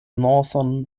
northern